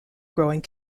growing